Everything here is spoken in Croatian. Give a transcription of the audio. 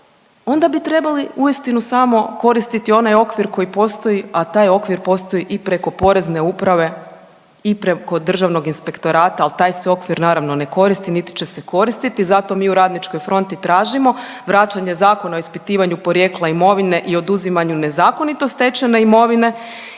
onda bi trebali uistinu samo koristiti onaj okvir koji postoji, a taj okvir postoji i preko Porezne uprave i preko Državnog inspektorata, al taj se okvir naravno ne koristi, niti će se koristiti. Zato mi u RF-u tražimo vraćanje Zakona o ispitivanju porijekla imovine i oduzimanju nezakonito stečene imovine